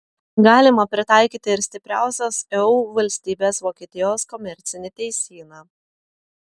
galima pritaikyti ir stipriausios eu valstybės vokietijos komercinį teisyną